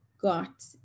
got